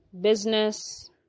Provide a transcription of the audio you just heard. business